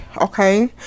okay